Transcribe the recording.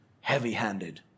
heavy-handed